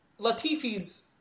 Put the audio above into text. Latifi's